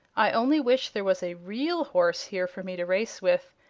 i only wish there was a real horse here for me to race with.